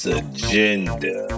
agenda